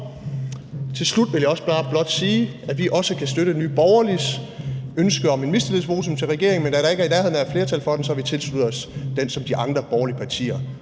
Til slut vil jeg også bare blot sige, at vi også kan støtte Nye Borgerliges ønske om et mistillidsvotum til regeringen. Men da der ikke er i nærheden af at være et flertal for det, har vi tilsluttet os det, som de andre borgerlige har